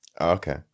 okay